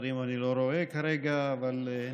שרים אני לא רואה כרגע, אבל ניחא.